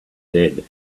dead